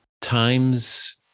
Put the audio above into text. times